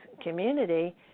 community